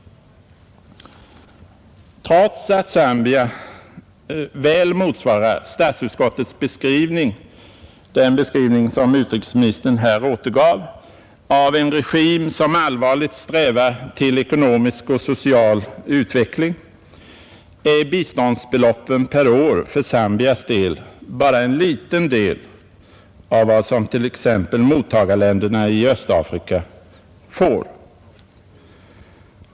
Trots att Zambia väl motsvarar statsutskottets beskrivning — den beskrivning som utrikesministern här återgav — av en regim som ”allvarligt strävar till ekonomisk och social utveckling”, är biståndsbelop pen per år för Zambias vidkommande bara en liten del av vad exempelvis mottagarländerna i Östafrika får.